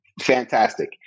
Fantastic